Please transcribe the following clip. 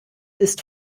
ist